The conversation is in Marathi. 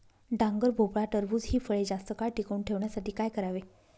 डांगर, भोपळा, टरबूज हि फळे जास्त काळ टिकवून ठेवण्यासाठी काय करावे?